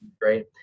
great